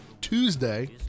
Tuesday